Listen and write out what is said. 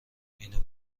اینو